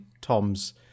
Tom's